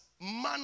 man